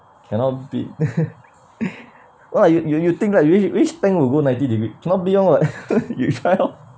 cannot be no lah you you you think lah you which which tank will go ninety degree cannot be [one] [what] you try lor